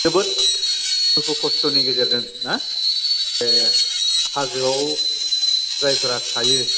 जोबोद दुखु खस्थ'नि गेजेरजों ना ओ हाजोआव जायफोरा थायो